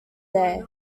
day